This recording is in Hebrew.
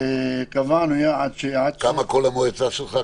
קבענו יחד --- כמה כל המועצה שלך?